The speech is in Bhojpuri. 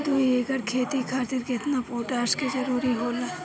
दु एकड़ खेती खातिर केतना पोटाश के जरूरी होला?